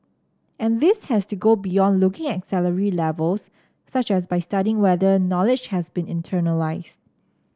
and this has to go beyond looking at salary levels such as by studying whether knowledge has been internalised